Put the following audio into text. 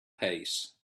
pace